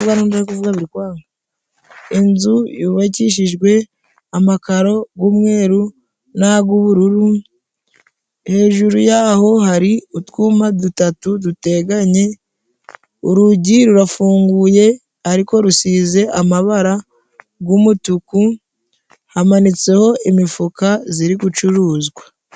Inzu yubakishijwe amakaro umweru n'agubururu hejuru yaho hari utwuma dutatu duteganye urugi rurafunguye ariko rusize amabara g'umutuku hamanitseho imifuka ziri gucuruzwa.